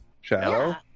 shadow